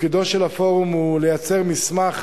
תפקידו של הפורום הוא לייצר מסמך